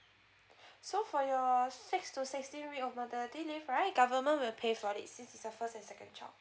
so for yours sixth to sixteenth week of your maternity leave right government will pay for it since is your first and second child